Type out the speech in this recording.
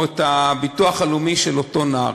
גמלאות הביטוח הלאומי, של אותו נער.